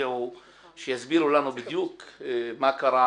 שיסבירו מה קרה,